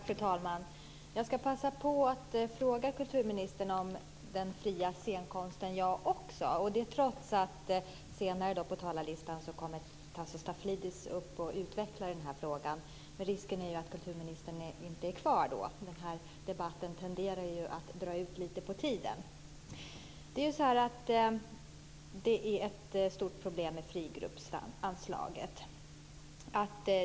Fru talman! Jag ska passa på att fråga kulturministern om den fria scenkonsten jag också, trots att Tassos Stafilidis senare kommer att utveckla den här frågan, men risken är att kulturministern då inte är kvar. Den här debatten tenderar ju att dra ut lite på tiden. Det är ett stort problem med anslaget för de fria grupperna.